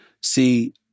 See